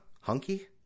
Hunky